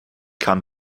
kam